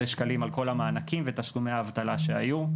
שקלים על כל המענקים ותשלומי האבטלה שהיו.